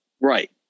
right